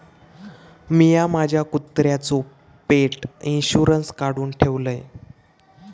मिया माझ्या कुत्र्याचो पेट इंशुरन्स काढुन ठेवलय